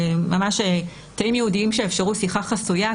ממש תאים ייעודיים שיאפשרו שיחה חסויה.